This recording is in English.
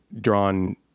drawn